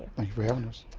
thank you for having us.